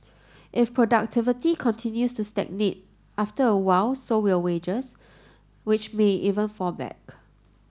if productivity continues to stagnate after a while so will wages which may even fall back